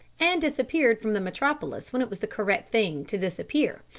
and disappeared from the metropolis when it was the correct thing to disappear,